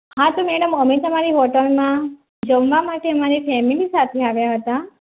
હા તો મેડમ અમે તમારી હોટેલમાં જમવા માટે અમારી ફેમેલી સાથે આવ્યા હતા